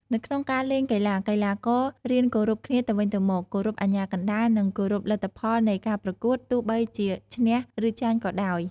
នៅក្នុងការលេងកីឡា កីឡាកររៀនគោរពគ្នាទៅវិញទៅមក គោរពអាជ្ញាកណ្តាល និងគោរពលទ្ធផលនៃការប្រកួត ទោះបីជាឈ្នះ ឬចាញ់ក៏ដោយ។